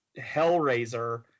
Hellraiser